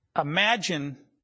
Imagine